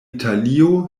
italio